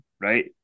right